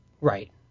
Right